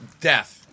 death